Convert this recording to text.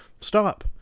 stop